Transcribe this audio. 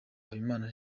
habimana